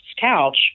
couch